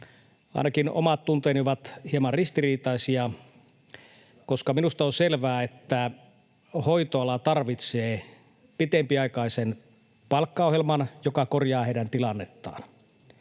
Ainakin omat tunteeni ovat hieman ristiriitaisia, koska minusta on selvää, että hoitoala tarvitsee pitempiaikaisen palkkaohjelman, joka korjaa heidän tilannettaan.